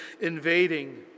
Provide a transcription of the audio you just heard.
invading